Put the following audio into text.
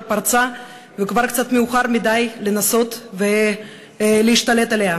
פרצה וכבר קצת מאוחר מדי לנסות להשתלט עליה.